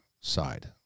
side